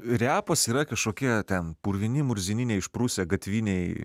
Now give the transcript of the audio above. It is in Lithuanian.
repas yra kažkokie ten purvini murzini neišprusę gatviniai